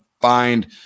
find